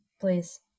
Please